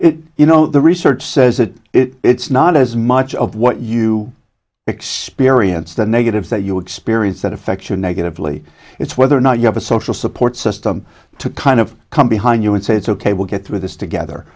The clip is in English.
interesting you know the research says that it's not as much of what you experience the negatives that you experience that affection negatively it's whether or not you have a social support system to kind of come behind you and say it's ok we'll get through this together